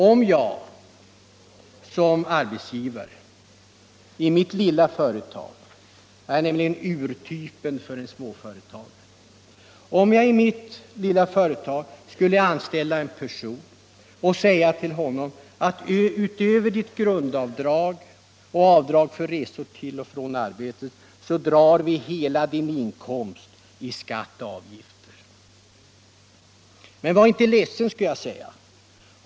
Om jag i mitt lilla företag — jag är nämligen urtypen för en småföretagare — skulle anställa en person och säga till honom att ”utöver ditt grundavdrag och avdrag för resor till och från arbetet drar vi hela din inkomst i skatt och avgifter. Men var inte ledsen.